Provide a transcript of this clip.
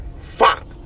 Fuck